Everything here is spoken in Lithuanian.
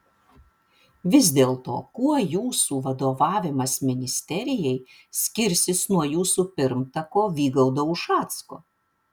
vis dėlto kuo jūsų vadovavimas ministerijai skirsis nuo jūsų pirmtako vygaudo ušacko